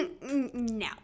No